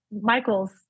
michael's